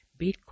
Bitcoin